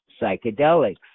psychedelics